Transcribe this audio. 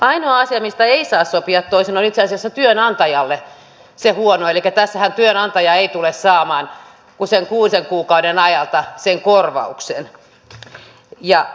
ainoa asia mistä ei saa sopia toisin on itse asiassa työnantajalle huono elikkä tässähän työnantaja ei tule saamaan kuin kuuden kuukauden ajalta sen korvauksen